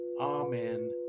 Amen